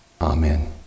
Amen